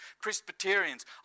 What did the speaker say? Presbyterians